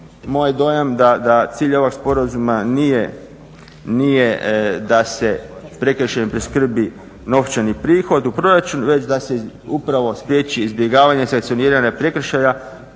je dojam da cilj ovog sporazuma nije da se prekršajima priskrbi novčani prihod u proračun već da se upravo spriječi izbjegavanje, sankcioniranje prekršaja